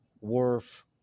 worth